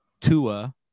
Tua